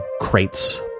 crates